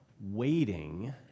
waiting